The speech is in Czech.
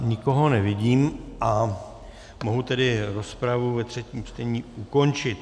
Nikoho nevidím, mohu tedy rozpravu ve třetím čtení ukončit.